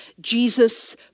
Jesus